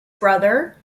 brother